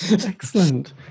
Excellent